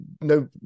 no